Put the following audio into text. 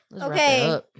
okay